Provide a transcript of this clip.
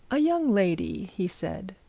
a young lady, he said,